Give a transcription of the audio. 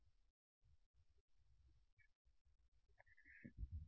విద్యార్థి మరియు నేను ఉంటే